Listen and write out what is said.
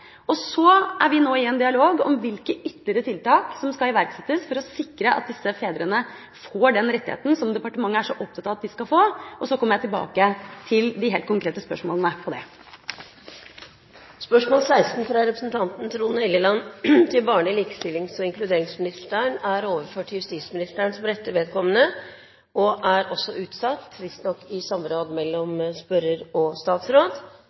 Så er vi nå i en dialog om hvilke ytterligere tiltak som skal iverksettes for å sikre at disse fedrene får den rettigheten som departementet er så opptatt av at de skal få, og så kommer jeg tilbake til de helt konkrete svarene på det. Dette spørsmålet er utsatt til neste spørretime. Dermed er sak 2 ferdigbehandlet. Det foreligger ikke noe referat. Dermed er